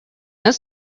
those